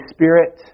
Spirit